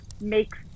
makes